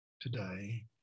today